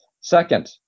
Second